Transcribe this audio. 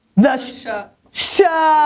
the sh ah sho